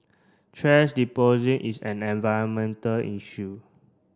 thrash deposit is an environmental issue